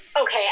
okay